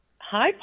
hi